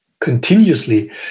continuously